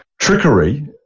trickery